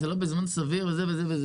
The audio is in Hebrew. זה לא בזמן סביר וכאלה,